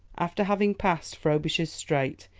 after having passed frobisher's strait,